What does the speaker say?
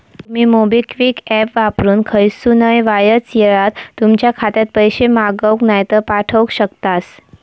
तुमी MobiKwik app वापरून खयसूनय वायच येळात तुमच्या खात्यात पैशे मागवक नायतर पाठवक शकतास